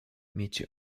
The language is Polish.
miejcie